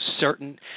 certain